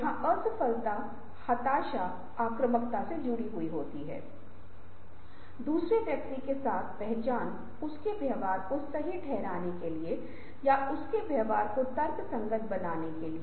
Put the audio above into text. और उसी समय किसकी आवश्यकता होती है इसके लिए स्क्रीनिंग और व्यवसाय विश्लेषण और एक ही समय में पहचान की आवश्यकता होती है